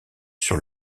sur